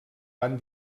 van